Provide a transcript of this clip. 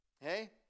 Hey